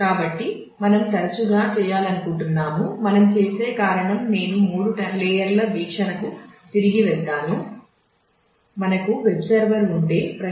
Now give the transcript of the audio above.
కాబట్టి మనం తరచుగా చేయాలనుకుంటున్నాము మనం చేసే కారణం నేను మూడు లేయర్ల వీక్షణకు తిరిగి వెళ్తాను